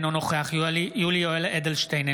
אינו נוכח יולי יואל אדלשטיין,